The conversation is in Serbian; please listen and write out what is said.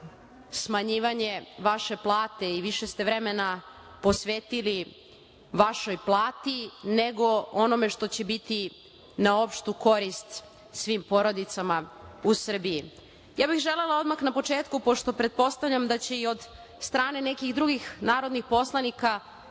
smanjivanje vaše plate i više ste vremena posvetili vašoj plati, nego onome što će biti na opštu korist svim porodicama u Srbiji. Ja bih želela odmah na početku, pošto pretpostavljam da će i od strane nekih drugih narodnih poslanika